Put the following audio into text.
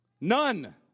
None